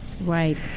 Right